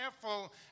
careful